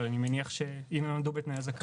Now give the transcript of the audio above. אבל אני מניח שאם הם עמדו בתנאי הזכאות אז כן.